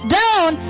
down